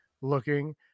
looking